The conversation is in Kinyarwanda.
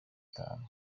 itanu